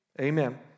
Amen